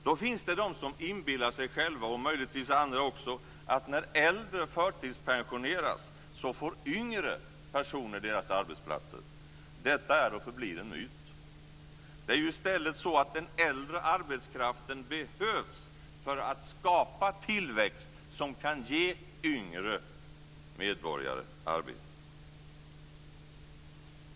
Då finns det de som inbillar sig själva, och möjligtvis andra också, att när äldre förtidspensioneras så får yngre personer deras arbetsplatser. Detta är och förblir en myt. Det är ju i stället så att den äldre arbetskraften behövs för att skapa tillväxt som kan ge yngre medborgare arbete.